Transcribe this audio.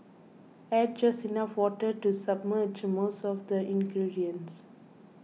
add just enough water to submerge most of the ingredients